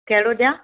कहिड़ो ॾिया